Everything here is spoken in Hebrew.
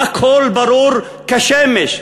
הכול ברור כשמש,